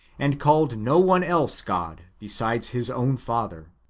and called no one else god besides his own father.